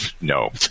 no